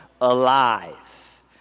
alive